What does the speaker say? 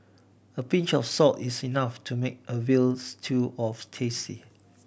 a pinch of salt is enough to make a veals to of tasty